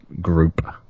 Group